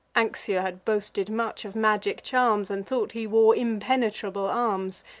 anxur had boasted much of magic charms, and thought he wore impenetrable arms,